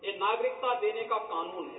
यह नागरिकता देने का कानून है